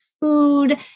food